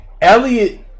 Elliot